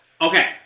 Okay